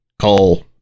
call